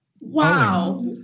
Wow